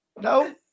No